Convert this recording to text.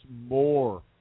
more